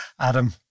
Adam